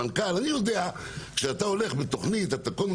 מנכ"ל אני יודע שכשאתה הולך עם תכנית אתה קודם